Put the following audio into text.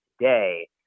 today